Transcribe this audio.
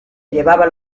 llevaba